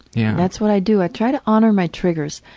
yeah. that's what i do. i try to honor my triggers.